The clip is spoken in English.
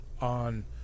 on